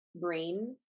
brain